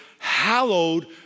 Hallowed